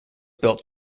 built